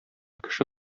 кеше